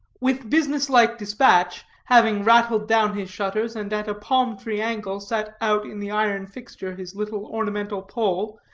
with business-like dispatch, having rattled down his shutters, and at a palm-tree angle set out in the iron fixture his little ornamental pole,